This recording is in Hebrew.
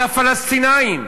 על הפלסטינים.